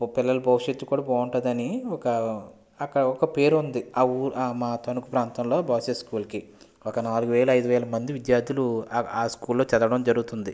ఇప్పుడు పిల్లలు భవిష్యత్తు కూడా బాగుంటుందని ఒక అక్కడ ఒక పేరు ఉంది అక్కడ మా తణుకు ప్రాంతంలో బాయ్స్ హై స్కూల్కి ఒక నాలుగు వేల ఐదు వేల మంది విద్యార్థులు ఆ స్కూల్లో చదవడం జరుగుతుంది